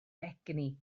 egni